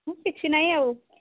ମୁଁ କିଛି ନାଇଁ ଆଉ